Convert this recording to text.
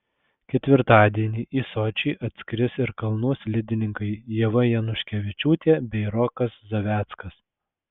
ketvirtadienį į sočį atskris ir kalnų slidininkai ieva januškevičiūtė bei rokas zaveckas